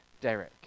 Derek